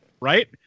right